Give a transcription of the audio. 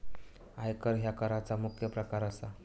आयकर ह्या कराचा मुख्य प्रकार असा